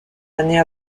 années